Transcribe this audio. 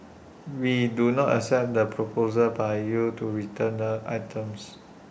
we do not accept the proposal by you to return the items